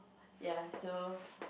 ya so